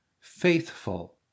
faithful